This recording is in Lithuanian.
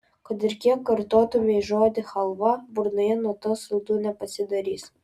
kad ir kiek kartotumei žodį chalva burnoje nuo to saldu nepasidarys